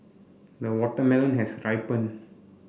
the watermelon has ripened